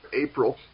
April